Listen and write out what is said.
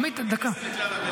עמית, דקה.